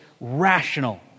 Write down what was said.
rational